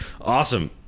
awesome